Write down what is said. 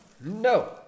no